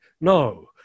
No